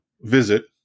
visit